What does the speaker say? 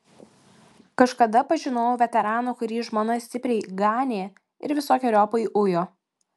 kažkada pažinojau veteraną kurį žmona stipriai ganė ir visokeriopai ujo